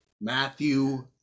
Matthew